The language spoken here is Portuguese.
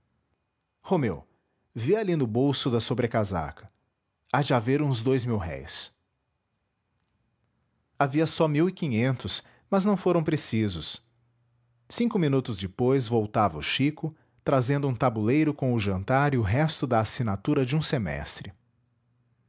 romeu vê ali no bolso da sobrecasaca há de haver uns dous mil-réis havia só mil e quinhentos mas não foram precisos cinco minutos depois voltava o chico trazendo um tabuleiro com o jantar e o resto da assinatura de um semestre